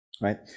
right